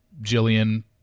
Jillian